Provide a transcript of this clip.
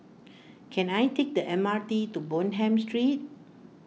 can I take the M R T to Bonham Street